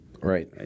Right